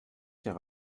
qu’un